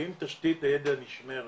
כי אם תשתית הידע נשמרת,